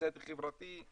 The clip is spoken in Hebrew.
בצדק חברתי,